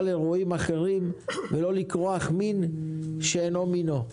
אירועים אחרים ולא לכרוך מין בשאינו מינו.